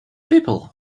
people